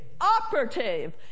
operative